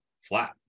flat